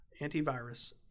Antivirus